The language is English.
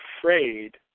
afraid